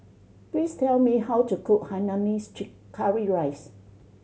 please tell me how to cook hainanese curry rice